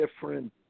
different